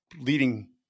leading